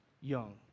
Young